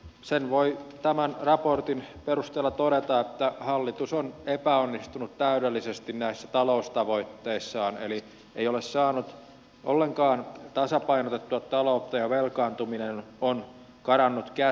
sen voi tämän raportin perusteella todeta että hallitus on epäonnistunut täydellisesti näissä taloustavoitteissaan eli ei ole saanut ollenkaan tasapainotettua taloutta ja velkaantuminen on karannut käsistä